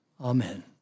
Amen